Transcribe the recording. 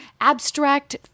abstract